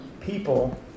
people